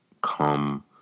come